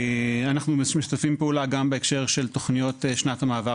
אנחנו משתפים פעולה גם בהקשר של תכניות שנת המעבר